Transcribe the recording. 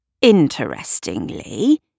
Interestingly